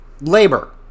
labor